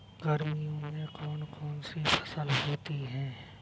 गर्मियों में कौन कौन सी फसल होती है?